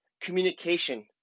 communication